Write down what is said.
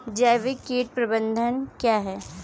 जैविक कीट प्रबंधन क्या है?